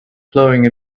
plowing